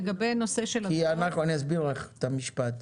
אני אסביר לך את המשפט.